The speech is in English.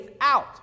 out